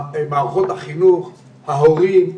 מערכות החינוך, ההורים.